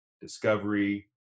discovery